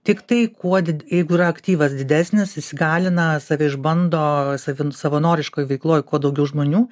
tiktai kuo did jeigu yra aktyvas didesnis jis gali na save išbando savin savanoriškoj veikloj kuo daugiau žmonių